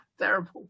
terrible